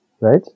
right